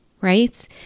right